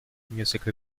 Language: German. musical